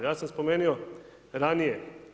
Ja sam spomenuo ranije.